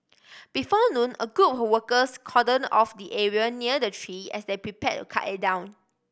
before noon a group of workers cordon off the area near the tree as they prepared to cut it down